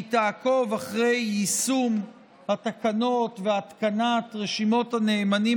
שהיא תעקוב אחרי יישום התקנות והתקנת רשימות הנאמנים